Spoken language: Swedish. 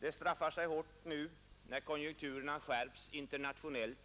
Detta straffar sig nu hårt, när konjunkturerna skärps internationellt